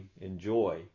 enjoy